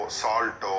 salt